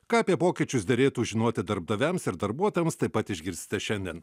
ką apie pokyčius derėtų žinoti darbdaviams ir darbuotojams taip pat išgirsite šiandien